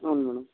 ಹ್ಞೂ ಮೇಡಮ್